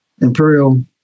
imperial